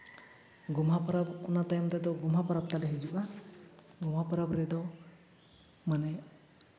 ᱜᱳᱢᱦᱟ ᱯᱚᱨᱚᱵᱽ ᱚᱱᱟ ᱛᱟᱭᱚᱢ ᱛᱮᱫᱚ ᱜᱳᱢᱦᱟ ᱯᱚᱨᱚᱵᱽ ᱛᱟᱞᱮ ᱦᱤᱡᱩᱜᱼᱟ ᱜᱳᱢᱦᱟ ᱯᱚᱨᱚᱵᱽ ᱨᱮᱫᱚ ᱢᱟᱱᱮ